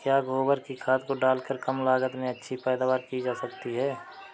क्या गोबर की खाद को डालकर कम लागत में अच्छी पैदावारी की जा सकती है?